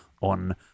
on